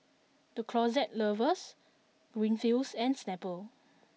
The Closet Lovers Greenfields and Snapple